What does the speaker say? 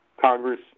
Congress